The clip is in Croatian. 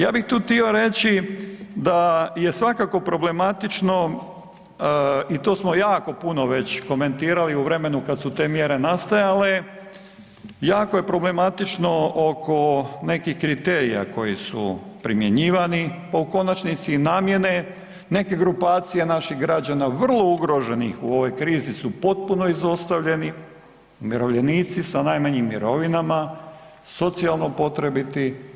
Ja bih tu htio reći da je svakako problematično i to smo jako puno već komentirali u vremenu kad su tu mjere nastajale, jako je problematično oko nekih kriterija koji su primjenjivani pa u konačnici i namjene, neke grupacije naših građana vrlo ugroženih u ovoj krizi su potpuno izostavljeni, umirovljenici sa najmanjim mirovinama, socijalno potrebiti.